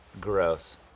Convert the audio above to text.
Gross